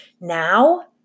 now